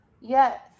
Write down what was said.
yes